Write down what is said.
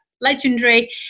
legendary